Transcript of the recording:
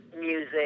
music